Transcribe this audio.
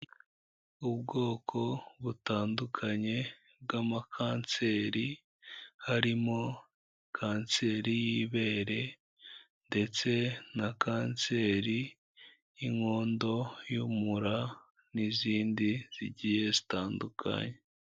Ubwoko butandukanye bw'amakanseri harimo kanseri y'ibere ndetse na kanseri y'inkondo y'umura, n'izindi zigiye zitandukanye.